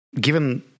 given